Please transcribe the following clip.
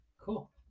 Cool